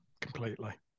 completely